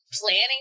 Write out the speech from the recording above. Planning